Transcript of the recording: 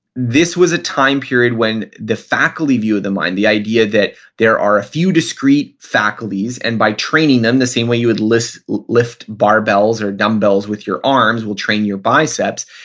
this was a time period when the faculty view of the mind, the idea that there are a few discrete faculties and by training them the same way you would lift lift barbells or dumbbells with your arms will train your biceps,